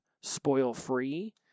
spoil-free